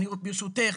ברשותך.